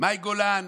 מאי גולן